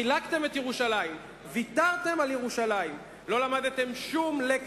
חילקתם את ירושלים, ויתרתם על ירושלים.